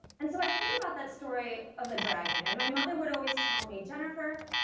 and so i think about that story of the dragon and my mother would always tell me jennifer